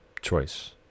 choice